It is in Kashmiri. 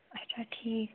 اَچھا ٹھیٖک